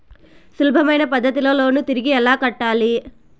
సులభమైన పద్ధతిలో లోను తిరిగి ఎలా కట్టాలి